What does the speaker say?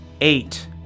eight